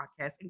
podcast